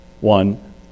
One